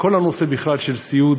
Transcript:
כל הנושא, בכלל, של סיעוד